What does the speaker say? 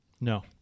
no